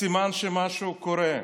אז סימן שמשהו קורה,